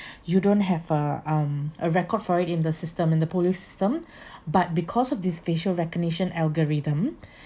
you don't have a um a record for it in the system in the police system but because of this facial recognition algorithm